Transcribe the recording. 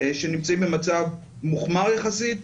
שנמצאים במצב מוחמר יחסית,